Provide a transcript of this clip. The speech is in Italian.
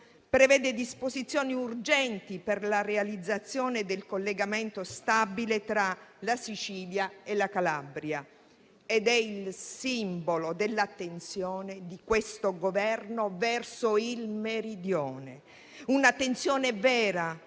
prevede disposizioni urgenti per la realizzazione del collegamento stabile tra la Sicilia e la Calabria ed è il simbolo dell'attenzione di questo Governo verso il Meridione, un'attenzione vera,